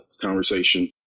conversation